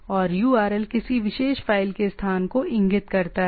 और url किसी विशेष फ़ाइल के स्थान को इंगित करता है